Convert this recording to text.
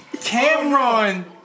Cameron